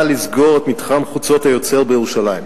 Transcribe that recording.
לסגור את מתחם "חוצות היוצר" בירושלים.